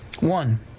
one